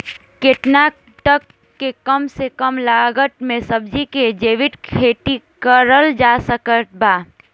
केतना तक के कम से कम लागत मे सब्जी के जैविक खेती करल जा सकत बा?